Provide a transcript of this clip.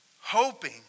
hoping